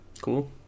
Cool